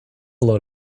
load